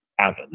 Avon